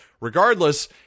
regardless